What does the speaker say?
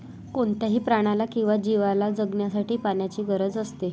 कोणत्याही प्राण्याला किंवा जीवला जगण्यासाठी पाण्याची गरज असते